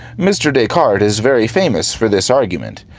mr. descartes is very famous for this argument,